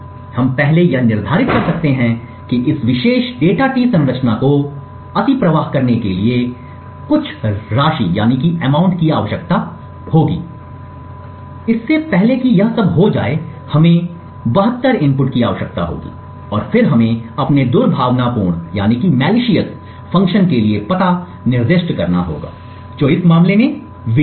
हम पहले यह निर्धारित कर सकते हैं कि इस विशेष data T संरचना को अतिप्रवाह करने के लिए राशि की आवश्यकता होगी इससे पहले कि यह सब हो जाए हमें 72 इनपुट की आवश्यकता होगी और फिर हमें अपने दुर्भावनापूर्ण फ़ंक्शन के लिए पता निर्दिष्ट करना होगा जो इस मामले में विजेता है